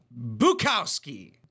Bukowski